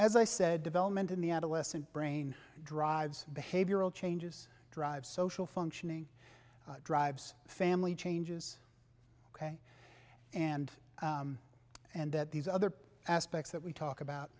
as i said development in the adolescent brain drives behavioral changes drive social functioning drives family changes ok and and that these other aspects that we talk